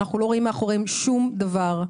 אנחנו לא רואים מאחוריהם שום דבר,